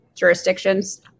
Jurisdictions